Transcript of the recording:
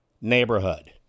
neighborhood